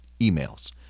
emails